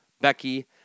Becky